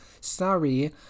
Sorry